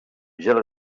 gel